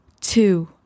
two